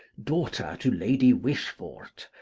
daughter to lady wishfort,